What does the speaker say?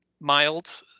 mild